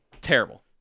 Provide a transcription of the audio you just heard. terrible